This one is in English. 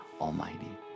Almighty